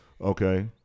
Okay